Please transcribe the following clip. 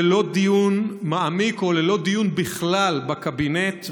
ללא דיון מעמיק או ללא דיון בכלל בקבינט,